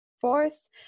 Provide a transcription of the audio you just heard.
force